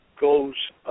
goes